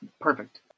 perfect